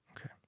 Okay